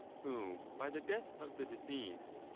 who by the death of the deceased,